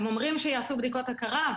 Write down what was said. הם אומרים שיעשו בדיקות הכרה,